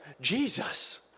Jesus